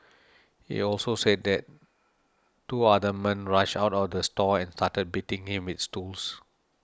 he also said that two other men rushed out of the store and started beating him with stools